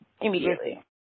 Immediately